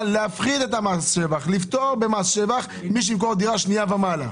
להפחית מס שבח או לפטור ממס שבח את מי שימכור דירה שנייה ומעלה?